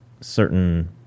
certain